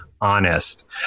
honest